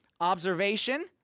Observation